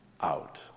out